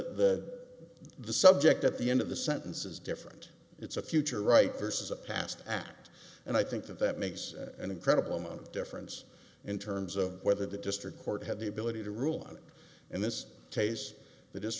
the the subject at the end of the sentence is different it's a future right versus a past act and i think that that makes an incredible amount of difference in terms of whether the district court had the ability to rule on it in this case the